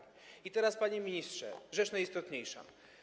I teraz, panie ministrze, rzecz najistotniejsza.